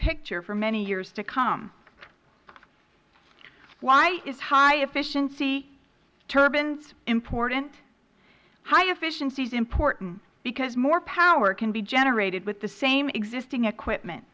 picture for many years to come why are high efficiency turbines important high efficiency is important because more power can be generated with the same existing equipment